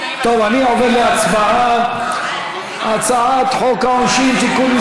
אני עובר להצבעה: הצעת חוק העונשין (תיקון,